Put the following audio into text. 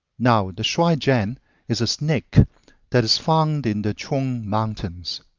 now the shuai-jan is a snake that is found in the chung mountains.